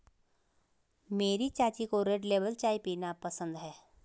मेरी चाची को रेड लेबल चाय पीना पसंद है